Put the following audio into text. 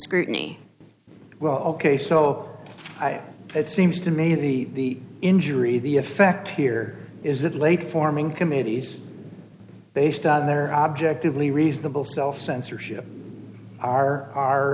scrutiny well ok so it seems to me the injury the effect here is that late forming committees based on their objectively reasonable self censorship are are